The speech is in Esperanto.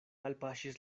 alpaŝis